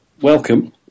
welcome